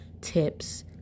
tips